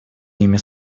имя